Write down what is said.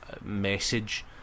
message